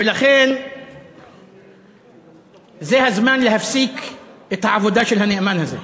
ולכן זה הזמן להפסיק את העבודה של הנאמן הזה.